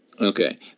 Okay